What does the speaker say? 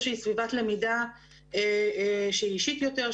שהיא סביבת למידה שהיא אישית יותר,